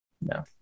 No